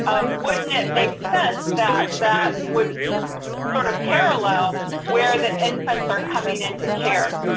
um wouldn't it make sense that that would sort of parallel where the infants are coming into care?